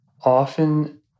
often